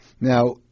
Now